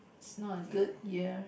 is not a good ya